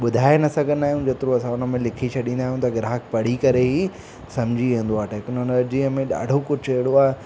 ॿुधाए न सघंदा आहियूं जेतिरो असां उनमें लिखी छॾींदा आहियूं ग्राहक पढ़ी करे ई सम्झी वेंदो आहे टेक्नोलॉजीअ में ॾाढो कुझु अहिड़ो आहे